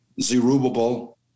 Zerubbabel